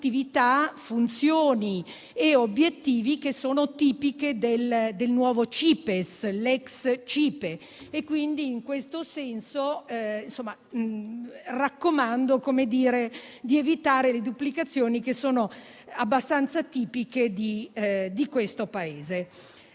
funzioni e obiettivi tipici del nuovo CIPESS (ex CIPE); in questo senso raccomando di evitare le duplicazioni, che sono abbastanza tipiche di questo Paese.